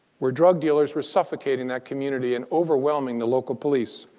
where drug dealers were suffocating that community and overwhelming the local police.